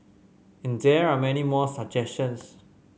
and there are many more suggestions